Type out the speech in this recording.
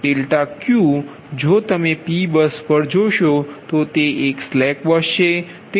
∆Q જો તમે P bus પર જોશો તો તે એક સ્લેક બસ છે